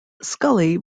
scully